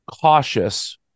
Cautious